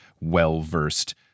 well-versed